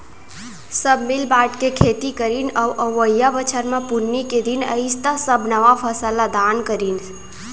सब मिल बांट के खेती करीन अउ अवइया बछर म पुन्नी के दिन अइस त सब नवा फसल ल दान करिन